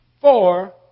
Four